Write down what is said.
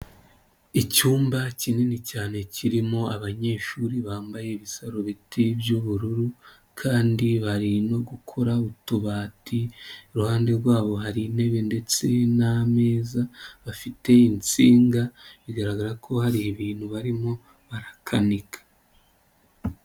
Icyumba kinini cyane kirimo abanyeshuri bambaye ibisarubeti by'ubururu kandi bari no gukora utubati iruhande rwabo hari intebe ndetse n'meza bafite insinga bigaragara ko hari ibintu barimo barakanika.